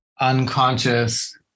unconscious